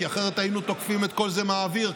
כי אחרת היינו תוקפים את כל זה מהאוויר,